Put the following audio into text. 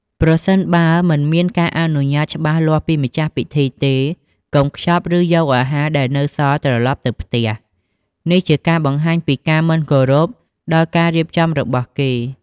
ប្រសិនបើមិនមានការអនុញ្ញាតច្បាស់លាស់ពីម្ចាស់ពិធីទេ កុំខ្ចប់ ឬយកអាហារដែលនៅសល់ត្រឡប់ទៅផ្ទះ នេះជាការបង្ហាញពីការមិនគោរពដល់ការរៀបចំរបស់គេ។